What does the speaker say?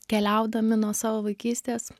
keliaudami nuo savo vaikystės